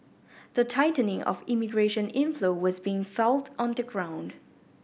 the tightening of immigration inflow was being felt on the ground